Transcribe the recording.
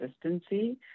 consistency